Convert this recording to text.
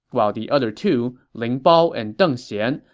while the other two, ling bao and deng xian,